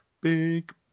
Big